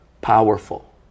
powerful